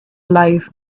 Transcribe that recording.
life